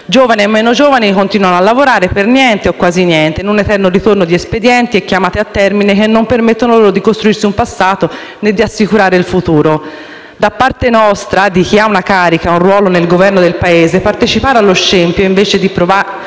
Giovani e meno giovani continuano a lavorare per niente, o quasi niente, in un eterno ritorno di espedienti e chiamate a termine che non permettono loro di costruirsi un passato, né di assicurare il futuro. Da parte nostra, cioè di chi ha una carica, un ruolo nel Governo del Paese, partecipare allo scempio invece di provare